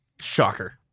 Shocker